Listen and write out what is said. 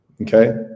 okay